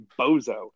bozo